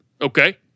Okay